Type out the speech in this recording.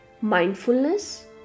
Mindfulness